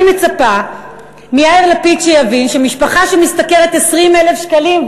אני מצפה מיאיר לפיד שיבין שמשפחה שמשתכרת 20,000 שקלים,